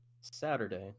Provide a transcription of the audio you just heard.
saturday